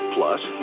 Plus